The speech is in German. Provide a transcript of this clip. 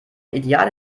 ideale